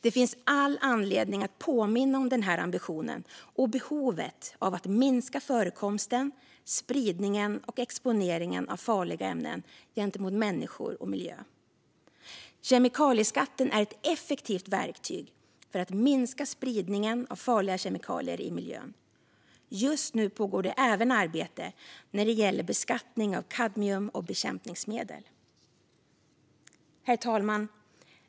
Det finns all anledning att påminna om denna ambition och behovet av att minska förekomsten, spridningen och exponeringen av farliga ämnen gentemot människor och miljö. Kemikalieskatten är ett effektivt verktyg för att minska spridningen av farliga kemikalier i miljön. Just nu pågår även arbete när det gäller beskattning av kadmium och bekämpningsmedel. Herr talman!